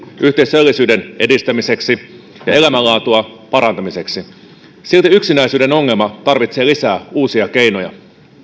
yhteisöllisyyden edistämiseksi ja elämänlaadun parantamiseksi silti yksinäisyyden ongelma tarvitsee lisää uusia keinoja